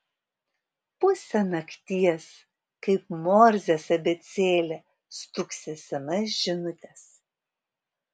pusę nakties kaip morzės abėcėlė stuksi sms žinutės